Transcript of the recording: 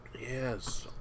Yes